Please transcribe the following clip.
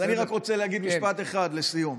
אז אני רק רוצה להגיד משפט אחד לסיום.